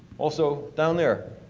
also, down there,